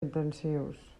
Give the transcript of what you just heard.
intensius